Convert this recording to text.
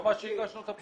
תצעקו עוד קצת.